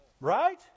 right